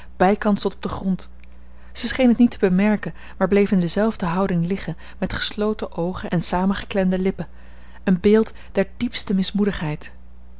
bijkans tot op den grond zij scheen het niet te bemerken maar bleef in dezelfde houding liggen met gesloten oogen en samengeklemde lippen een beeld der diepste